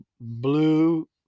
blue